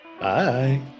Bye